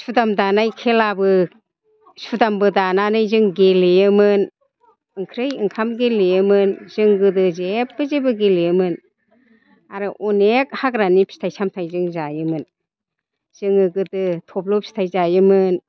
सुदाम दानाय खेलाबो सुदामबो दानानै जों गेलेयोमोन ओंख्रि ओंखाम गेलेयोमोन जों गोदो जेबो जेबो गेलेयोमोन आरो अनेक हाग्रानि फिथाइ सामथय जों जायोमोन जोङो गोदो थब्ल' फिथाइ जायोमोन